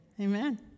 Amen